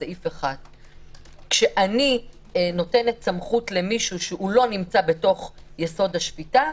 סעיף 1. כשאני נותנת סמכות למישהו שלא נמצא ביסוד: השפיטה,